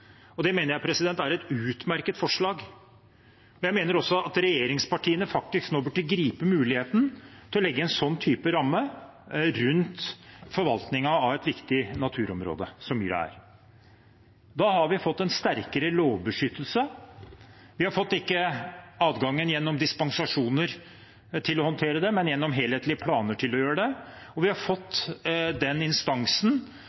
mener jeg er et utmerket forslag. Jeg mener også at regjeringspartiene faktisk nå burde gripe muligheten til å legge en sånn type ramme rundt forvaltningen av et viktig naturområde, som myr er. Da har vi fått en sterkere lovbeskyttelse. Vi har ikke fått adgang til å håndtere det gjennom dispensasjoner, men gjennom helhetlige planer. Og demokratisk sett har vi